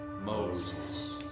Moses